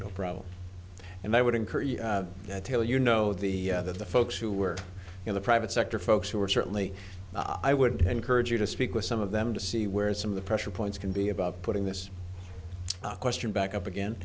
no problem and i would encourage that tell you know the other the folks who were in the private sector folks who are certainly i would encourage you to speak with some of them to see where some of the pressure points can be about putting this question back up again